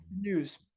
news